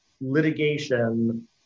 litigation